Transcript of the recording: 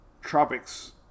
tropics